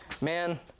man